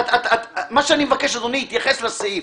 מה שאני מבקש שאדוני יתייחס לסעיף,